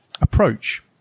approach